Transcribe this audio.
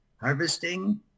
harvesting